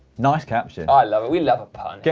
nice caption. i love it. we love a pun.